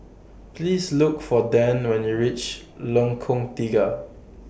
Please Look For Dann when YOU REACH Lengkong Tiga